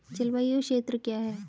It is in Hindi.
जलवायु क्षेत्र क्या है?